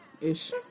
ish